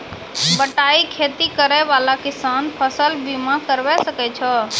बटाई खेती करै वाला किसान फ़सल बीमा करबै सकै छौ?